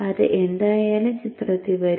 അത് എന്തായാലും ചിത്രത്തിൽ വരും